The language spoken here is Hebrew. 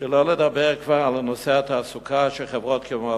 שלא לדבר כבר על נושא התעסוקה, שחברות כמו "ויטה,